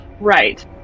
Right